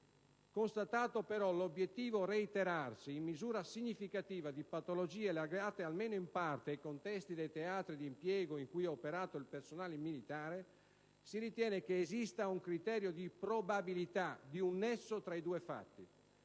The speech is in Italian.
constatato, però, l'obiettivo reiterarsi - in misura significativa - di patologie legate almeno in parte ai contesti dei teatri di impiego in cui ha operato il personale militare, si ritiene che esista un criterio di probabilità, di un nesso tra i due fatti.